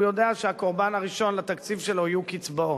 הוא יודע שהקורבן הראשון לתקציב שלו יהיה קצבאות.